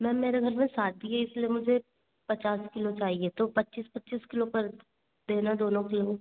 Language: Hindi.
मैम मेरे घर में शादी है इसलिए मुझे पचास किलो चाहिए तो पच्चीस पच्चीस किलाे कर देना दोनों किलो